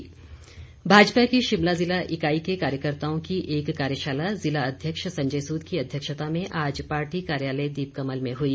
भाजपा बैठक भाजपा के शिमला जिला इकाई के कार्यकर्ताओं की एक कार्यशाला जिला अध्यक्ष संजय सूद की अध्यक्षता में आज पार्टी कार्यालय दीपकमल में हुई